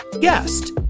guest